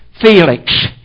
Felix